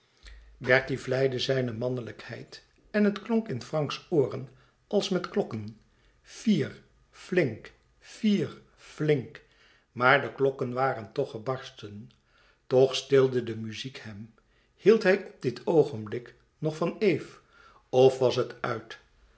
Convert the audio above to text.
bertie vleide zijne mannelijkheid en het klonk in franks ooren als met klokken fier flink fier flink maar de klokken waren toch gebarsten tch stilde de muziek hem hield hij op dit oogenblik nog van eve of was het uit